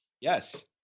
Yes